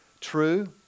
true